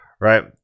Right